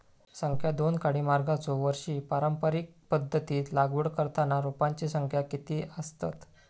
संख्या दोन काडी मागचो वर्षी पारंपरिक पध्दतीत लागवड करताना रोपांची संख्या किती आसतत?